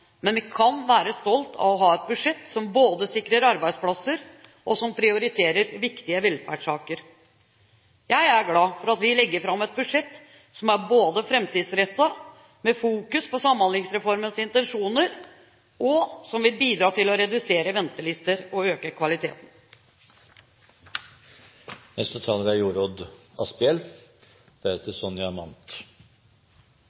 men vi kan være stolte av å ha et budsjett som både sikrer arbeidsplasser og prioriterer viktige velferdssaker. Jeg er glad for at vi legger fram et budsjett som er framtidsrettet, med Samhandlingsreformens intensjoner i fokus, og som også vil bidra til å redusere ventelister og øke